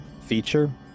feature